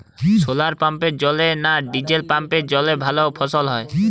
শোলার পাম্পের জলে না ডিজেল পাম্পের জলে ভালো ফসল হয়?